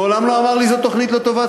מעולם לא אמר לי: זאת תוכנית לא טובה,